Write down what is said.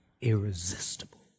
irresistible